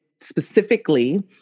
specifically